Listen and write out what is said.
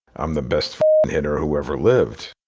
i'm the best and hitter who ever lived.